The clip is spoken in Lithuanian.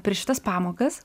per šitas pamokas